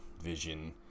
vision